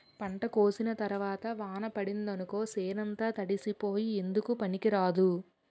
పంట కోసిన తరవాత వాన పడిందనుకో సేనంతా తడిసిపోయి ఎందుకూ పనికిరాదు